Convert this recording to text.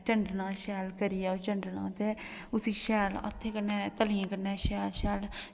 चंडना शैल करियै ओह् चंडना ते उसी शैल हत्थें कन्नै शैल तल्लियें कन्नै